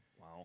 Wow